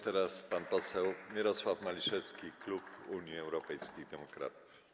Teraz pan poseł Mirosław Maliszewski, klub Unii Europejskich Demokratów.